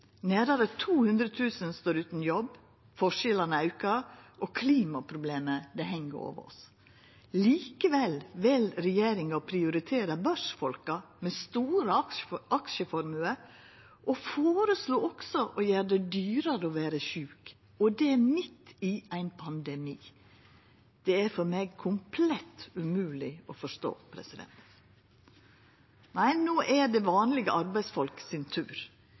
Nærare 200 000 står utan jobb, forskjellane aukar, og klimaproblemet heng over oss. Likevel vel regjeringa å prioritera børsfolka med store aksjeformuar og føreslår også å gjera det dyrare å vera sjuk – og det midt i ein pandemi. Det er for meg komplett umogeleg å forstå. Nei, no er det vanlege arbeidsfolk sin tur.